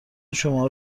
شماها